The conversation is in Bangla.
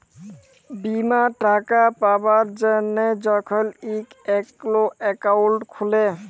বীমার টাকা পাবার জ্যনহে যখল ইক একাউল্ট খুলে